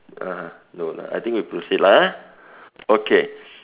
uh no lah I think we proceed lah okay